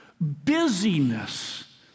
busyness